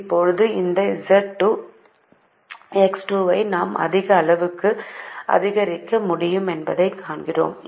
இப்போது இந்த X2 ஐ நாம் எந்த அளவுக்கு அதிகரிக்க முடியும் என்பதைக் காண்கிறோம்